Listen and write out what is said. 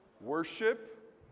worship